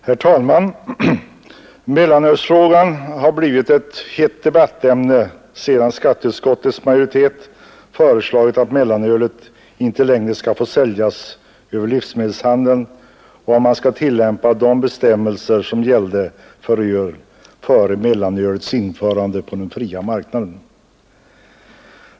Herr talman! Mellanölsfrågan har blivit ett hett debattämne sedan skatteutskottets majoritet föreslagit att mellanölet inte längre skall få säljas över livsmedelshandeln och att man skall tillämpa de bestämmelser som gällde för öl före mellanölets införande på den fria marknaden.